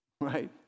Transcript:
Right